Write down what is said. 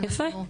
יפה.